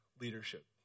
leadership